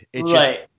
Right